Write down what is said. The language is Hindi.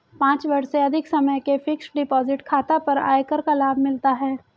पाँच वर्ष से अधिक समय के फ़िक्स्ड डिपॉज़िट खाता पर आयकर का लाभ मिलता है